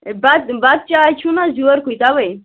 بَتہ بَتہٕ چاے چھوٗ نہ حظ یورکُے توے